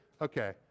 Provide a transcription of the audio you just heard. Okay